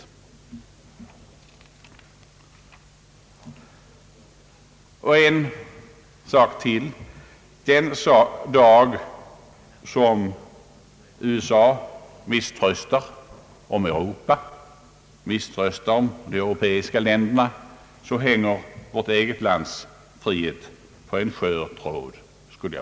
Låt mig tillägga ytterligare en sak. Den dag som USA misströstar om de europeiska länderna och återgår till isolationism hänger vårt eget lands frihet på en skör tråd.